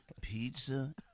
pizza